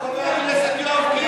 איפה חבר הכנסת יואב קיש?